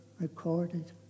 recorded